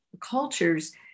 cultures